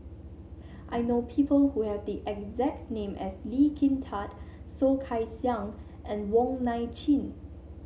I know people who have the exact name as Lee Kin Tat Soh Kay Siang and Wong Nai Chin